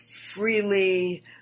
freely